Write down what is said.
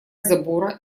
забора